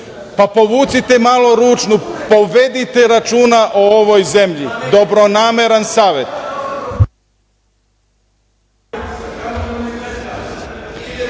Pa, povucite malo ručnu. Povedite računa o ovoj zemlji. Dobronameran savet.